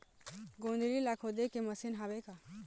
गोंदली ला खोदे के मशीन हावे का?